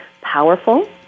powerful